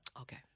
Okay